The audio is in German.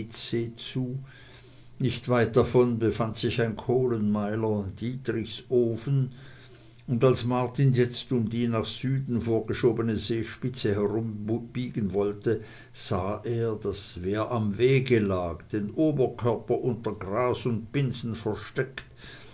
zu nicht weit davon befand sich ein kohlenmeiler dietrichs ofen und als martin jetzt um die nach süden vorgeschobene seespitze herum biegen wollte sah er daß wer am wege lag den oberkörper unter gras und binsen versteckt